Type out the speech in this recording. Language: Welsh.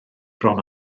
bron